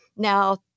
Now